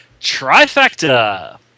trifecta